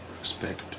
respect